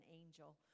angel